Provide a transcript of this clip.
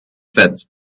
fence